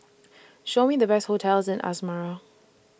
Show Me The Best hotels in Asmara